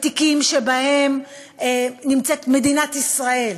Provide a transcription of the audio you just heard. בתיקים שבהם נמצאת מדינת ישראל,